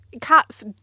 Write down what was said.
cats